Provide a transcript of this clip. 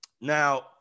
Now